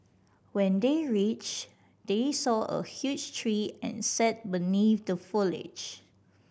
when they reached they saw a huge tree and sat beneath the foliage